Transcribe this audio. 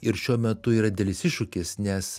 ir šiuo metu yra didelis iššūkis nes